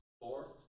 four